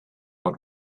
but